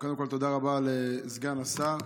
קודם כול, תודה רבה לסגן השר.